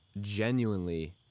genuinely